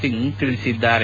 ಸಿಂಗ್ ಹೇಳಿದ್ದಾರೆ